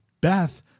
Beth